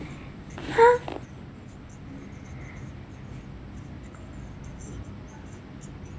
!huh!